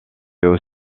aux